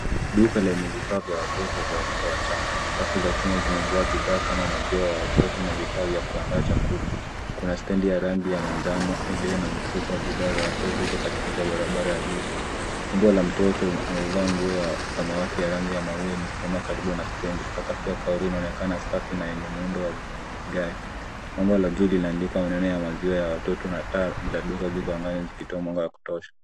Duka lenye vifaa vya watoto, vya watoto wachanga. Rafu za chuma zimejaa bidhaa kama maziwa ya watoto na vifaa vya kuandaa chakula. Kuna stendi ya rangi ya manjano iliyo na mifuko, bidhaa za watoto iko katikati ya barabara ya duka. Umbo la mtoto amevaa nguo ya samawati ya rangi ya maua, amesimama karibu na stendi. Sakafu ya kauli inaonekana safi na yenye muundo wa vigae. Bango la juu limeandikwa maneno ya maziwa ya watoto na taa za duka ziko angani zikitoa mwanga wa kutosha.